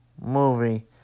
movie